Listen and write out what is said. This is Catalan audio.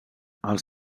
els